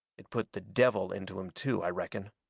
it put the devil into him, too, i reckon.